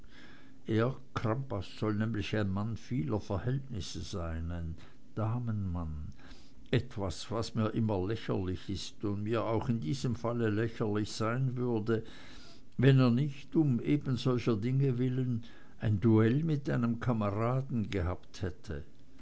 crampas soll nämlich ein mann vieler verhältnisse sein ein damenmann etwas was mir immer lächerlich ist und mir auch in diesem falle lächerlich sein würde wenn er nicht um eben solcher dinge willen ein duell mit einem kameraden gehabt hätte